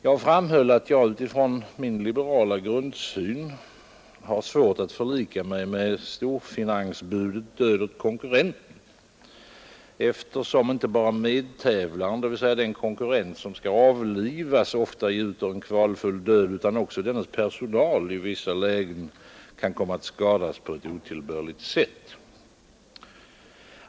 Jag framhöll att jag utifrån min liberala grundsyn har svårt att förlika mig med storfinansbudet ”död åt konkurrenten”, eftersom inte bara medtävlaren, dvs. den konkurrent som skall avlivas, ofta ljuter en kvalfull död utan också dennes personal i vissa lägen kan komma att skadas på ett otillbörligt sätt.